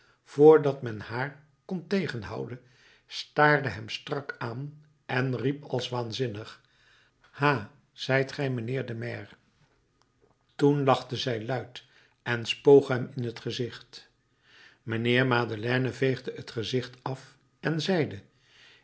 voordat men haar kon tegenhouden staarde hem strak aan en riep als waanzinnig ha zijt gij mijnheer de maire toen lachte zij luide en spoog hem in t gezicht mijnheer madeleine veegde t gezicht af en zeide